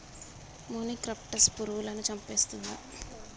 మొనిక్రప్టస్ పురుగులను చంపేస్తుందా?